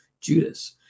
Judas